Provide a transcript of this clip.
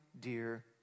dear